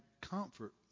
comfort